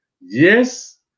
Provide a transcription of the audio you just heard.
Yes